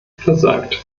versagt